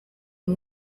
uyu